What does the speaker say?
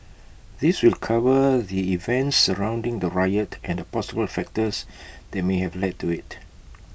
this will cover the events surrounding the riot and the possible factors that may have led to IT